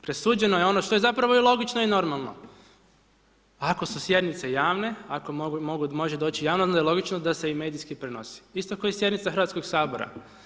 Presuđeno je ono što je zapravo i logično i normalno, ako su sjednice javne, ako može doći javno, onda je logično da se i medijski prenosi, isto ko i sjednica Hrvatskog sabora.